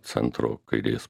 centro kairės